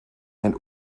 and